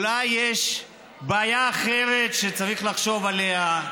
אולי יש בעיה אחרת שצריך לחשוב עליה?